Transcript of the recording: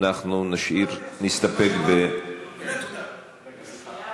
--- אנחנו נסתפק --- באמת תודה.